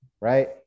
right